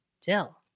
dill